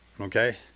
okay